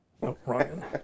Ryan